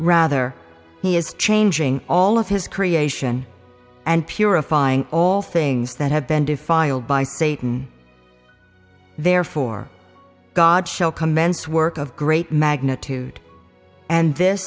rather he is changing all of his creation and purifying all things that have been defiled by satan therefore god shall commence work of great magnitude and this